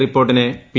റിപ്പോർട്ടിനെ പി